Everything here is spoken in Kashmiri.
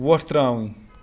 وۄٹھ ترٛاوٕنۍ